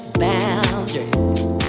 boundaries